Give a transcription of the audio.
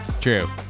True